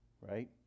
right